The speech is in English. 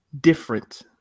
different